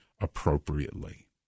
appropriately